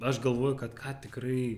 aš galvoju kad ką tikrai